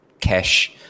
cash